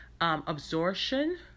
absorption